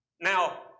Now